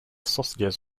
sausages